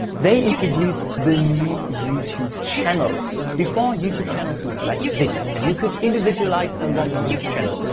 they introduced the new youtube channels before youtube channels looked like this, and you could individualize a lot on these channels,